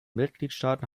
mitgliedstaaten